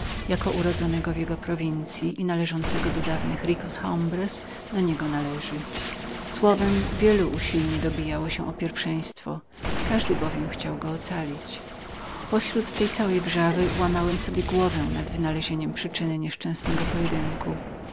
jako urodzonego w jego prowincyi i należącego do dawnych viros hombres do niego należy słowem wielu usilnie dobijało się o pierwszeństwo każdy bowiem chciał go ocalić pośród całej tej wrzawy łamałem sobie głowę nad wynalezieniem przyczyny tego pojedynku